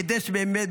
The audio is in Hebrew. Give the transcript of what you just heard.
כדי שבאמת,